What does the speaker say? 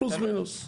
פלוס מינוס.